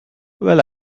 well